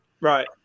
Right